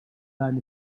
dan